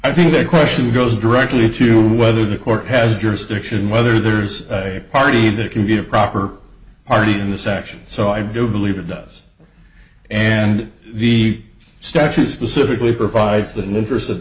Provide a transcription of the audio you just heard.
i think that question goes directly to whether the court has jurisdiction whether there's a party that can be a proper party in this action so i do believe it does and the statute specifically provides that interest that